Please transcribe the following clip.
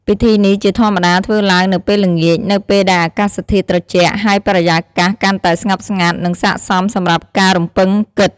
ពិធីនេះជាធម្មតាធ្វើឡើងនៅពេលល្ងាច នៅពេលដែលអាកាសធាតុត្រជាក់ ហើយបរិយាកាសកាន់តែស្ងប់ស្ងាត់ និងស័ក្តិសមសម្រាប់ការរំពឹងគិត។